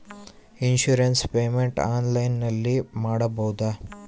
Insurance payment ಆನ್ಲೈನಿನಲ್ಲಿ ಮಾಡಬಹುದಾ?